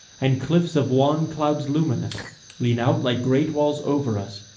and cliffs of wan cloud luminous lean out like great walls over us,